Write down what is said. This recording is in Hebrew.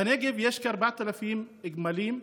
בנגב יש כ-4,000 גמלים.